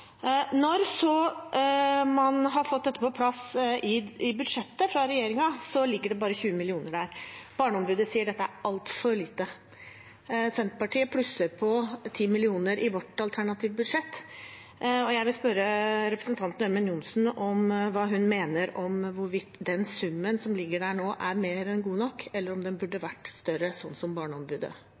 Når man så har fått dette på plass i budsjettet fra regjeringen, ligger det bare 20 mill. kr der. Barneombudet sier dette er altfor lite. Senterpartiet plusser på 10 mill. kr i vårt alternative budsjett, og jeg vil spørre representanten Ørmen Johnsen hva hun mener om hvorvidt summen som ligger der nå, er mer enn god nok, eller om den burde vært større, sånn som Barneombudet